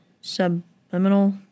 subliminal